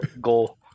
goal